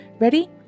Ready